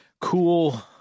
cool